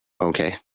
Okay